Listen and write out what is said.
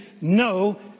No